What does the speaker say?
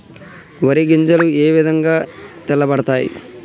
వరి గింజలు ఏ విధంగా తెల్ల పడతాయి?